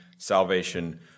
salvation